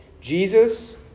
Jesus